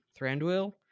thranduil